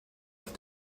auf